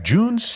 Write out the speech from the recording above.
June